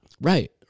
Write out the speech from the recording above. Right